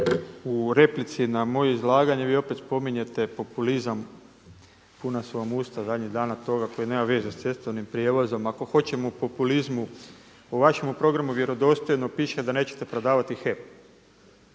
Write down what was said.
u replici na moje izlaganje vi opet spominjete populizam, puna su vam usta zadnjih danas toga koji nema veze s cestovnim prijevozom. Ako hoćemo o populizmu u vašem programu vjerodostojno piše da nećete prodavati HEP.